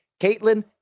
Caitlin